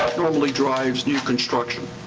normally drives new construction.